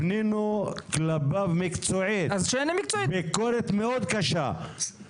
הפנינו כלפיו ביקורת מקצועית מאוד קשה --- אז שיענה מקצועית.